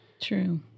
True